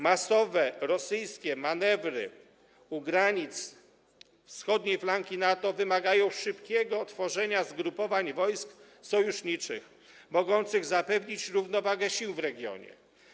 Masowe rosyjskie manewry u granic wschodniej flanki NATO wymagają szybkiego tworzenia zgrupowań wojsk sojuszniczych mogących zapewnić równowagę sił w regionie.